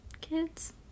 kids